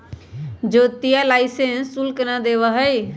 ज्योतिया लाइसेंस शुल्क ना देवा हई